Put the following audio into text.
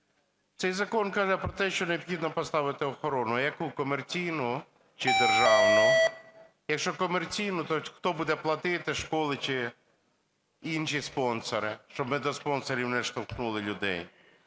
Цей закон каже про те, що необхідно поставити охорону. Яку, комерційну чи державну? Якщо комерційну, то хто буде платити, школи чи інші спонсори, щоб ми до спонсорів не штовхнули людей.